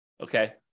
Okay